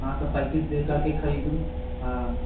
अहाँके पैकिट देख कर के खरीदू हॅं